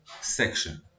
section